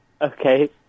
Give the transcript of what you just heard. Okay